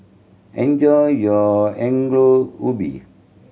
enjoy your Ongol Ubi